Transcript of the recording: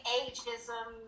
ageism